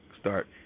start